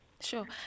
Sure